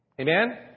Amen